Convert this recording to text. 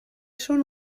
són